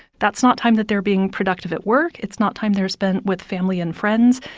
that's not time that they're being productive at work. it's not time they're spent with family and friends.